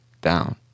down